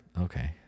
Okay